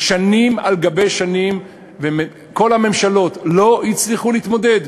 שנים על שנים, כל הממשלות לא הצליחו להתמודד.